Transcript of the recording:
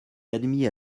admis